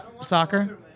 soccer